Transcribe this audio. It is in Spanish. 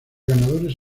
ganadores